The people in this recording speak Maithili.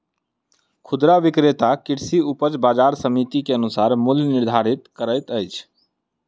खुदरा विक्रेता कृषि उपज बजार समिति के अनुसार मूल्य निर्धारित करैत अछि